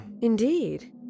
Indeed